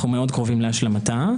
אנחנו מאוד קרובים להשלמתה.